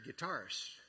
guitarist